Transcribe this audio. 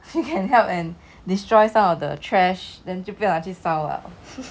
can help and destroy some of the trash then 就不用拿去烧了